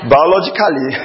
Biologically